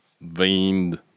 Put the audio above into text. veined